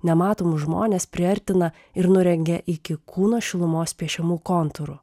nematomus žmones priartina ir nurengia iki kūno šilumos piešiamų kontūrų